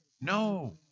No